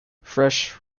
fresh